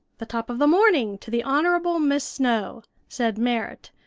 the top of the morning to the honorable miss snow, said merrit,